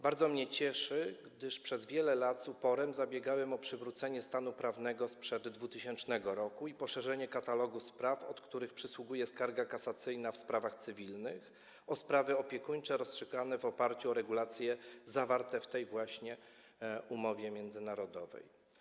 Bardzo mnie to cieszy, gdyż przez wiele lat z uporem zabiegałem o przywrócenie stanu prawnego sprzed 2000 r. i poszerzenie katalogu spraw, od których przysługuje skarga kasacyjna w sprawach cywilnych, o sprawy opiekuńcze rozstrzygane w oparciu o regulacje zawarte w tej właśnie umowie międzynarodowej.